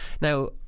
now